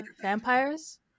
vampires